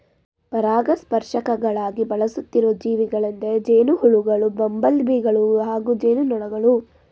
ಪರಾಗಸ್ಪರ್ಶಕಗಳಾಗಿ ಬಳಸುತ್ತಿರೋ ಜೀವಿಗಳೆಂದರೆ ಜೇನುಹುಳುಗಳು ಬಂಬಲ್ಬೀಗಳು ಹಾಗೂ ಜೇನುನೊಣಗಳು